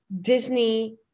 Disney